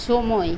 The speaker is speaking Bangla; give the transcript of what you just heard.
সময়